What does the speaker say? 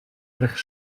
erg